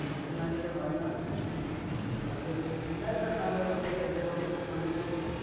মাংস না খেলে হয় না সপ্তাহে চারবার পাঁচবার করে খেতে হবে মাংস